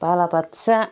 बालाबाथिया